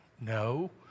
No